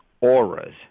auras